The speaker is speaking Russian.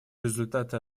результаты